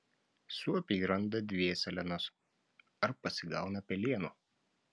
suopiai randa dvėselienos ar pasigauna pelėnų